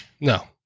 no